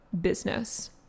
business